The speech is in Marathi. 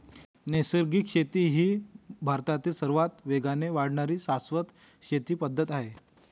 नैसर्गिक शेती ही भारतातील सर्वात वेगाने वाढणारी शाश्वत शेती पद्धत आहे